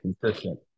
consistent